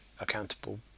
accountable